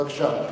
בבקשה.